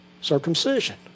Circumcision